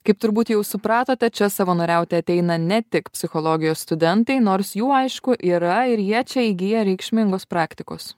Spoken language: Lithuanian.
kaip turbūt jau supratote čia savanoriauti ateina ne tik psichologijos studentai nors jų aišku yra ir jie čia įgyja reikšmingos praktikos